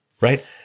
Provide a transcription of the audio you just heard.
right